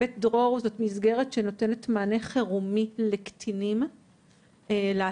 'בית דרור' זאת מסגרת שנותנת מענה חירומי לקטינים להט"בים,